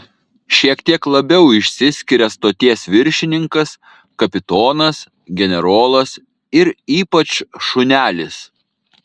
šiek tiek labiau išsiskiria stoties viršininkas kapitonas generolas ir ypač šunelis